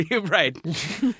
right